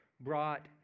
brought